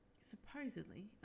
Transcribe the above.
supposedly